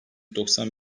doksan